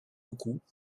beaucoup